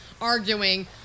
arguing